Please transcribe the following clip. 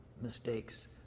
mistakes